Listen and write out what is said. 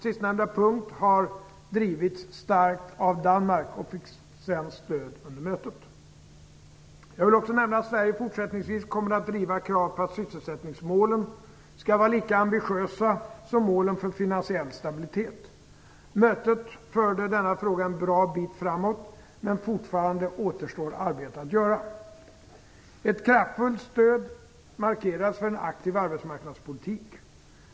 Sistnämnda punkt har drivits starkt av Danmark, och den fick svenskt stöd under mötet. Jag vill också nämna att Sverige fortsättningsvis kommer att driva krav på att sysselsättningsmålen skall vara lika ambitiösa som målen för finansiell stabilitet. Mötet förde denna fråga en bra bit framåt, men fortfarande återstår arbete att göra. Ett kraftfullt stöd markerades för den aktiva arbetsmarknadspolitiken.